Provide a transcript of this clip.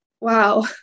wow